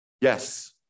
Yes